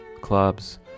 clubs